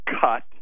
cut